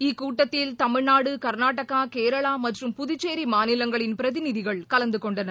இக்கூட்டத்தில் தமிழ்நாடு கர்நாடகா கேரளா மற்றும் புதுச்சேரி மாநிலங்களின் பிரதிநிதிகள் கலந்து கொண்டனர்